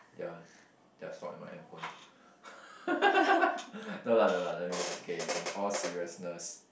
yeah they are stored in my handphone no lah no lah joking okay in all seriousness